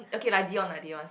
okay lah Dion lah Dion